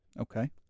Okay